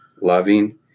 loving